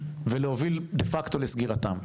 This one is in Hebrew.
ולהוביל דה פקטו לסגירתם.